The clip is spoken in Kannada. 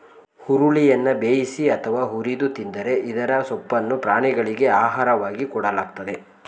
ಹುರುಳಿಯನ್ನ ಬೇಯಿಸಿ ಅಥವಾ ಹುರಿದು ತಿಂತರೆ ಇದರ ಸೊಪ್ಪನ್ನು ಪ್ರಾಣಿಗಳಿಗೆ ಆಹಾರವಾಗಿ ಕೊಡಲಾಗ್ತದೆ